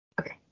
Okay